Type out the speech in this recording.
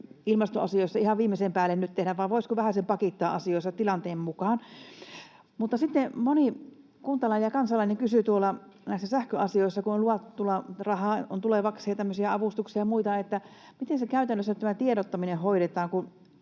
ilmastoasioissa ihan viimeisen päälle tehdä vai voisiko vähäsen pakittaa asioissa tilanteen mukaan. Moni kuntalainen ja kansalainen kysyy näissä sähköasioissa, kun on luvattu tulevaksi rahaa, tämmöisistä avustuksista ja muista: miten tiedottaminen käytännössä